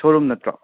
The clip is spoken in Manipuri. ꯁꯣꯔꯨꯝ ꯅꯠꯇ꯭ꯔꯣ